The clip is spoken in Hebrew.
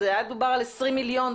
דובר על 20 מיליון,